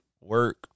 Work